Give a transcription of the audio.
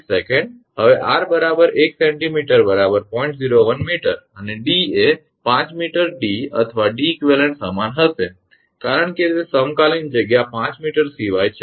01 𝑚 અને 𝐷 એ 5 𝑚 𝐷 અથવા 𝐷𝑒𝑞 સમાન હશે કારણ કે તે સમકાલીન જગ્યા 5 𝑚 સિવાય છે